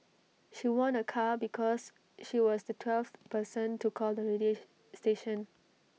she won A car because she was the twelfth person to call the radio she station